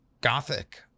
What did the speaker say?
gothic